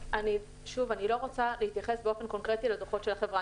אני לא רוצה להתייחס באופן קונקרטי לדוחות של החברה.